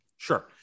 Sure